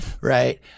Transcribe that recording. right